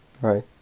Right